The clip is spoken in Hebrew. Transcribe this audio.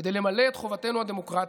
כדי למלא את חובתנו דמוקרטית,